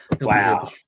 Wow